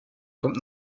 kommt